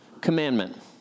commandment